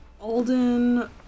Alden